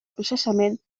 processament